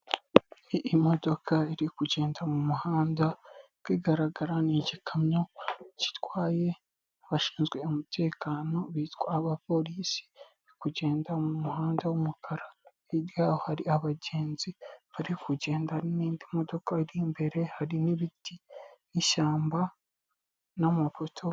Imodoka iri kugenda mu muhanda uko igaragara ni igikamyo gitwaye abashinzwe umutekano bitwa abapolisi, iri kugenda mu muhanda w'umukara hirya y'aho hari abagenzi bari kugenda n'indi modoka iri imbere hari n'ibiti n'ishyamba n'amapoto.